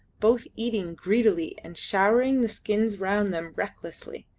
both eating greedily and showering the skins round them recklessly,